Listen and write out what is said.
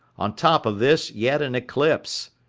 on top of this yet an eclipse.